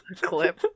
clip